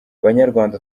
banyarwanda